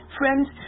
Friends